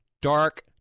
dark